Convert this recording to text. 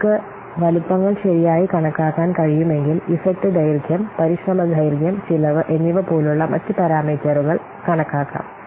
നിങ്ങൾക്ക് വലുപ്പങ്ങൾ ശരിയായി കണക്കാക്കാൻ കഴിയുമെങ്കിൽ ഇഫക്റ്റ് ദൈർഘ്യം പരിശ്രമ ദൈർഘ്യം ചെലവ് എന്നിവ പോലുള്ള മറ്റ് പാരാമീറ്ററുകൾ നിങ്ങൾക്ക് കണക്കാക്കാം